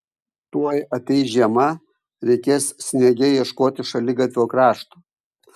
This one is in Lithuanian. tuoj ateis žiema reikės sniege ieškoti šaligatvio krašto